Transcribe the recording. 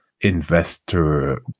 investor